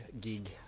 gig